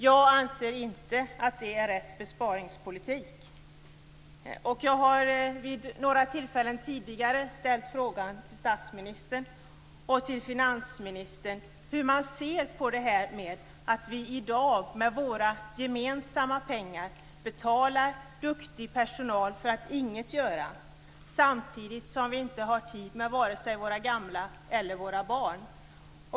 Jag anser inte att det är rätt besparingspolitik. Jag har vid några tidigare tillfällen ställt frågan till statsministern och till finansministern om hur man ser på problemet med att vi i dag med våra gemensamma pengar betalar duktig personal för att ingenting göra, samtidigt som vi inte har tid med vare sig våra gamla eller våra barn.